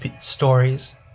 stories